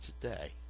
today